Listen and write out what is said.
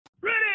Ready